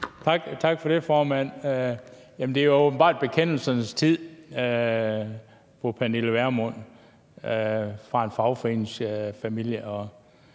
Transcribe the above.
Tak for det, formand. Det er åbenbart bekendelsernes tid. Fru Pernille Vermund er fra en fagforeningsfamilie,